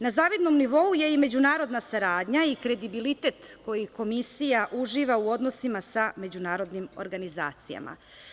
Na zavidnom nivou je i međunarodna saradnja i kredibilitet koji Komisija uživa u odnosima sa međunarodnim organizacijama.